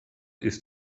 ist